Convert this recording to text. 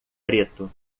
preto